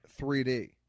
3D